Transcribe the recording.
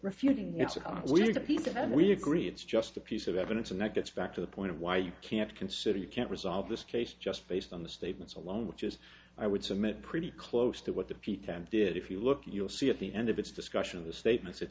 and we agree it's just a piece of evidence and it gets back to the point of why you can't consider you can't resolve this case just based on the statements alone which is i would submit pretty close to what the people did if you look you'll see at the end of its discussion of the statement